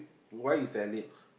why you sell it